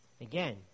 Again